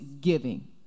giving